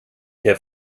der